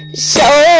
so